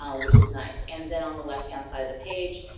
um which is nice. and then on the left hand side of the page,